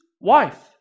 wife